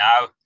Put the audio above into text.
now